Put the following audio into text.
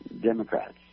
Democrats